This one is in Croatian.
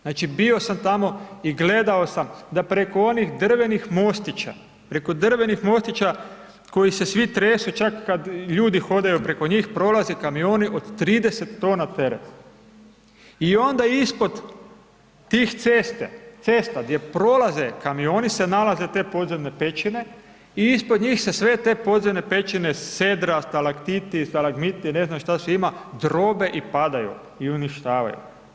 Znači bio sam tamo i gledao sam da preko onih drvenih mostića koji se svi tresu čak kad ljudi hodaju preko njih, prolaze kamioni od 30 tona tereta i onda ispod tih cesta gdje prolaze kamioni se nalaze te podzemne pećine i ispod njih se sve te podzemne pećine sedra, stalaktiti, stalagmiti, ne znam šta sve ima, drobe i padaju i uništavaju.